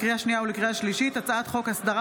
לקריאה שנייה ולקריאה שלישית’ הצעת חוק הסדרת